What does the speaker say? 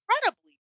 incredibly